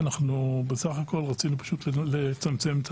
אנחנו בסך הכול רצינו לצמצם את